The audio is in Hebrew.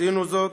עשינו זאת,